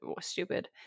stupid